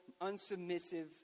unsubmissive